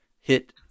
hit